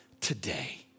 today